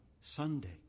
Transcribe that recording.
Sunday